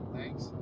Thanks